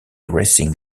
racing